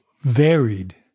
varied